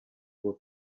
were